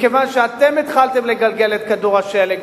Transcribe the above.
מכיוון שאתם התחלתם לגלגל את כדור השלג.